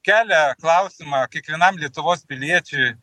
kelia klausimą kiekvienam lietuvos piliečiui